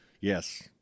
Yes